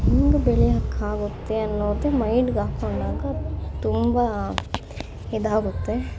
ಹೆಂಗೆ ಬೆಳೆಯೋಕ್ಕಾಗುತ್ತೆ ಅನ್ನೋದು ಮೈಂಡ್ಗಾಕೊಂಡಾಗ ತುಂಬ ಇದಾಗುತ್ತೆ